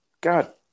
God